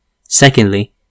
Secondly